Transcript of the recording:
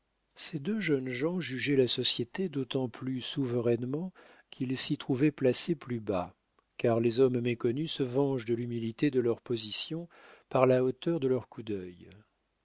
ces deux jeunes gens jugeaient la société d'autant plus souverainement qu'ils s'y trouvaient placés plus bas car les hommes méconnus se vengent de l'humilité de leur position par la hauteur de leur coup d'œil